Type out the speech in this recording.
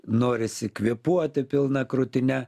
norisi kvėpuoti pilna krūtine